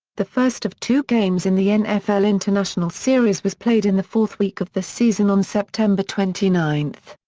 the first of two games in the nfl international series was played in the fourth week of the season on september twenty nine.